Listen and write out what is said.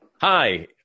Hi